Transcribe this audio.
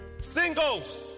Singles